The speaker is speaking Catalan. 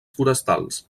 forestals